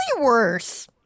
worse